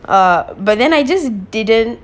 ah but then I just didn't